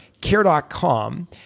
Care.com